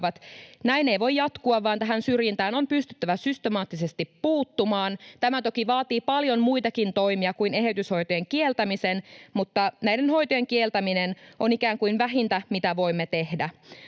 Näin ei voi jatkua, vaan tähän syrjintään on pystyttävä systemaattisesti puuttumaan. Tämä toki vaatii paljon muitakin toimia kuin eheytyshoitojen kieltämisen, mutta näiden hoitojen kieltäminen on ikään kuin vähintä, mitä voimme tehdä.